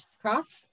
cross